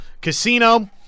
Casino